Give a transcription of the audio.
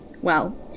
Well